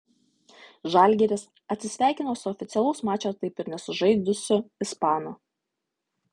žalgiris atsisveikino su oficialaus mačo taip ir nesužaidusiu ispanu